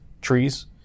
trees